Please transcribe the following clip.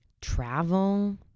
travel